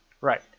right